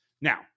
Now